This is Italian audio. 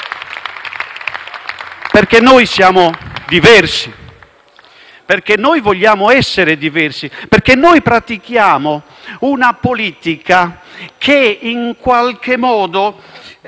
Perché noi siamo diversi. Noi vogliamo essere diversi perché noi pratichiamo una politica che in qualche modo